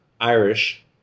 Irish